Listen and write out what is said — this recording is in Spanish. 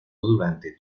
durante